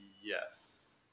Yes